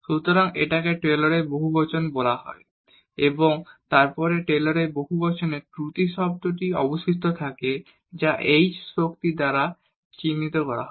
সুতরাং এটিকে টেলরের বহুবচন বলা হয় এবং তারপরে এই টেইলরের পলিনোমিয়ালেTaylor's polynomial ত্রুটি টার্ম অবশিষ্ট থাকে যা h পাওয়ার দ্বারা চিহ্নিত করা হয়